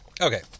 okay